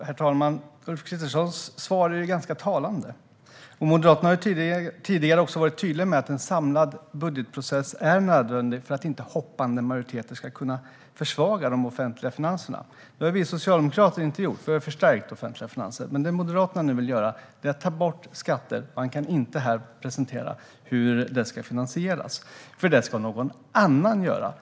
Herr talman! Ulf Kristerssons svar är ju ganska talande. Moderaterna har tidigare varit tydliga med att en samlad budgetprocess är nödvändig för att inte hoppande majoriteter ska kunna försvaga de offentliga finanserna. Det har vi socialdemokrater inte gjort. Vi har förstärkt de offentliga finanserna. Det som Moderaterna nu vill göra är att ta bort skatter, men man kan inte här presentera hur det ska finansieras. Det ska någon annan göra.